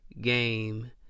game